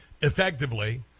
effectively